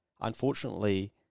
unfortunately